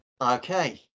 Okay